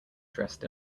dressed